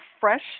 fresh